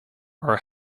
are